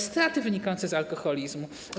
Straty wynikające z alkoholizmu.